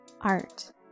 art